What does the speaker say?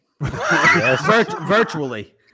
Virtually